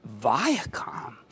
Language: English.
Viacom